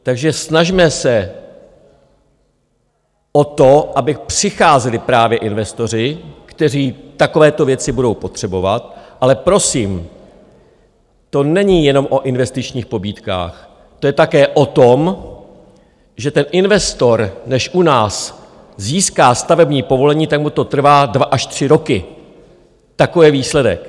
Takže snažme se o to, aby přicházeli právě investoři, kteří takovéto věci budou potřebovat, ale prosím, to není jenom o investičních pobídkách, to je také o tom, že ten investor, než u nás získá stavební povolení, tak mu to trvá dva až tři roky, takový je výsledek.